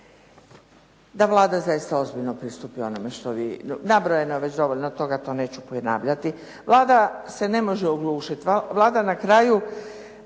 da Vlada zaista ozbiljno pristupi onome što vi, nabrojano je već dovoljno toga pa neću ponavljati. Vlada se ne može oglušiti, Vlada na kraju,